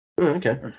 Okay